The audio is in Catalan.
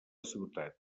ciutat